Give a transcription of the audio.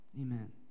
Amen